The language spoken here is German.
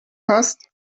hast